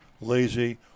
lazy